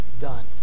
done